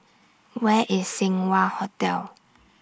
Where IS Seng Wah Hotel